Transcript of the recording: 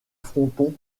fronton